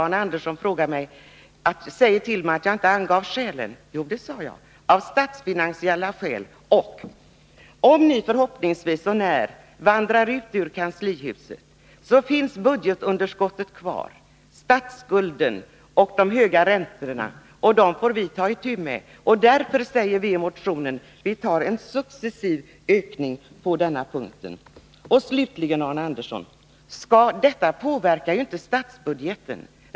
Arne Andersson säger att jag inte har angivit skälen till att vi inte nu har föreslagit den nivån. Det har jag gjort. Jag har sagt att det är omöjligt av statsfinansiella skäl. När ni förhoppningsvis vandrar ut ur kanslihuset finns budgetunderskottet, statsskulden och de höga räntorna kvar. Dem får vi ta itu med. Därför föreslår vi i motionen en successiv höjning av pensionsnivån. Slutligen, Arne Andersson: Detta inverkar inte på statsbudgeten.